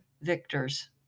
victors